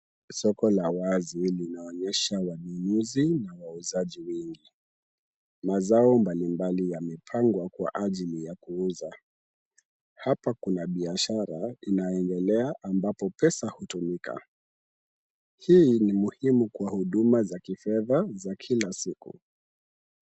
Soko la wazi linaonyesha wanunuzi na wauzaji wengi. Mazao mbalimbali yamepangwa kwa ajili ya kuuza. Hapa kuna biashara inayoendelea ambapo pesa hutumika. Hii ni muhimu kwa huduma za kifedha za kila siku.